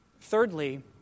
Thirdly